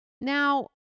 Now